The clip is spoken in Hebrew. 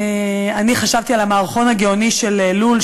אני חשבתי על המערכון הגאוני של "לול",